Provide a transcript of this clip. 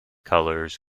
colours